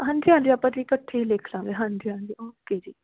ਹਾਂਜੀ ਹਾਂਜੀ ਆਪਾਂ ਜੀ ਇਕੱਠੇ ਲਿਖ ਲਾਂਗੇ ਹਾਂਜੀ ਓਕੇ ਜੀ